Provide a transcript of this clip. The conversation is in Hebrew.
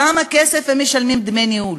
כמה כסף הם משלמים דמי ניהול,